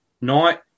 night